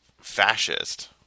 fascist